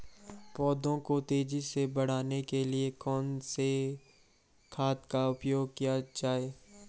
पौधों को तेजी से बढ़ाने के लिए कौन से खाद का उपयोग किया जाए?